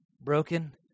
broken